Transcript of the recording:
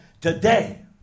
today